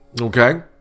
Okay